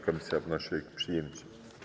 Komisja wnosi o ich przyjęcie.